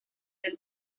del